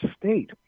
state